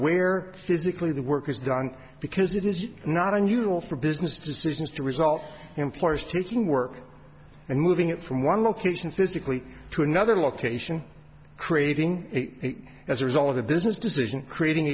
where physically the work is done because it is not unusual for business decisions to result employees taking work and moving it from one location physically to another location creating it as a result of a business decision creating